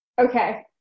Okay